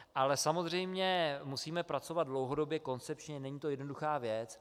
Ale samozřejmě musíme pracovat dlouhodobě, koncepčně, není to jednoduchá věc.